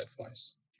advice